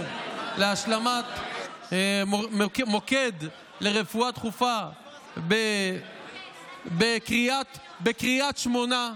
להשלמת מוקד לרפואה דחופה בקריית שמונה.